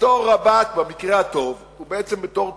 בתור רב"ט, במקרה הטוב, או בעצם בתור טוראי,